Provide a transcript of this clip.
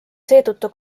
seetõttu